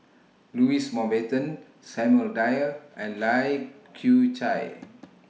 Louis Mountbatten Samuel Dyer and Lai Kew Chai